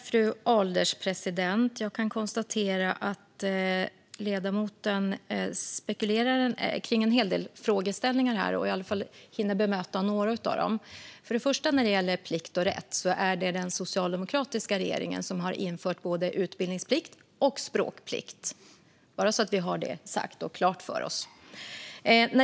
Fru ålderspresident! Jag kan konstatera att ledamoten spekulerar kring en hel del frågeställningar här. Jag ska försöka hinna bemöta några av dem. Låt mig börja med plikt och rätt. Det är den socialdemokratiska regeringen som har infört både utbildningsplikt och språkplikt, bara så att vi har detta klart för oss.